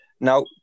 Now